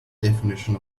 definition